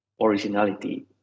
originality